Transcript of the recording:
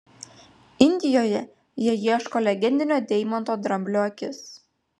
indijoje jie ieško legendinio deimanto dramblio akis